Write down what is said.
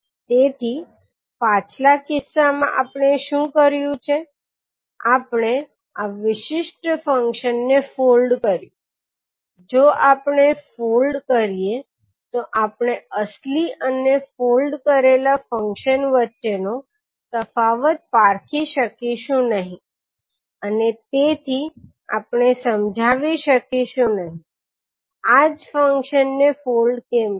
તેથી પાછલા કિસ્સામાં આપણે શું કર્યું છે આપણે આ વિશિષ્ટ ફંક્શન ને ફોલ્ડ કર્યું જો આપણે ફોલ્ડ કરીએ તો આપણે અસલી અને ફોલ્ડ કરેલા ફંક્શન વચ્ચેનો તફાવત પારખી શકીશું નહીં અને તેથી આપણે સમજાવી શકીશું નહીં આ જ ફંક્શનને ફોલ્ડ કેમ કર્યું